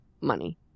money